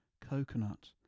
coconut